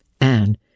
Anne